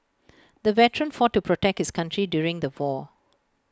the veteran fought to protect his country during the war